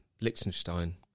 Liechtenstein